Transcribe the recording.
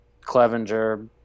Clevenger